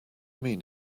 mean